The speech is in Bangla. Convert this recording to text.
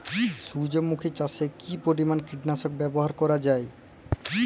সূর্যমুখি চাষে কি পরিমান কীটনাশক ব্যবহার করা যায়?